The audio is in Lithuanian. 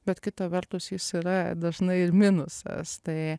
bet kita vertus jis yra dažnai ir minusas tai